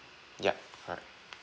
yup correct